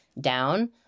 down